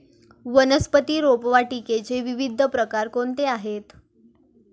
वनस्पती रोपवाटिकेचे विविध प्रकार कोणते आहेत?